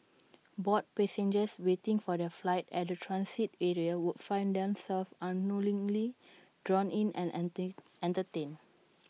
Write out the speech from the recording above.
bored passengers waiting for their flight at the transit area would find themselves unknowingly drawn in and enter entertained